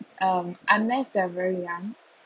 um unless they are very young